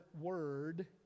Word